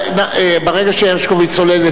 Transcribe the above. ברגע שהרשקוביץ עולה,